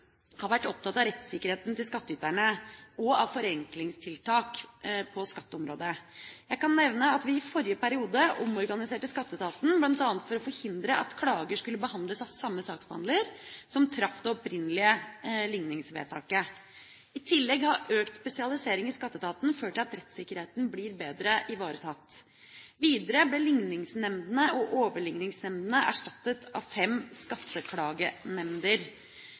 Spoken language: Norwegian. har vært opptatt av rettssikkerheten til skattyterne og av forenklingstiltak på skatteområdet. Jeg kan nevne at vi i forrige periode omorganiserte Skatteetaten, bl.a. for å forhindre at klager ble behandlet av samme saksbehandler som traff det opprinnelige ligningsvedtaket. I tillegg har økt spesialisering i Skatteetaten ført til at rettssikkerheten blir bedre ivaretatt. Videre ble ligningsnemndene og overligningsnemndene erstattet av fem skatteklagenemnder.